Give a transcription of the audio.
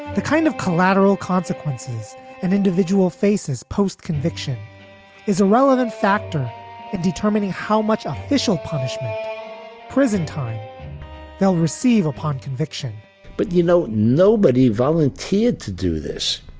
the kind of collateral consequences an individual faces post conviction is a relevant factor in determining how much official punishment prison time he'll receive upon conviction but, you know, nobody volunteered to do this.